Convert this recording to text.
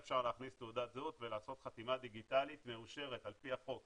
אפשר להכניס תעודת זהות ולעשות חתימה דיגיטלית מאושרת על פי החוק,